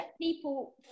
people